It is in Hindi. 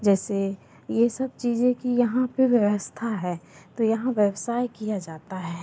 जैसे यह सब चीज़ें की यहाँ पर व्यवस्था है तो यहाँ व्यवसाय किया जाता है